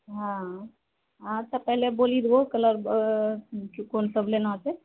हँ अच्छा पहिने बोलि देबो कलर कोन सब लेना छै